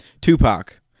Tupac